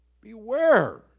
Beware